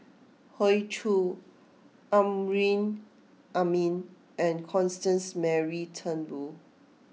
Hoey Choo Amrin Amin and Constance Mary Turnbull